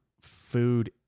food